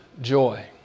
Joy